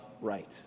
right